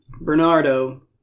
bernardo